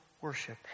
worship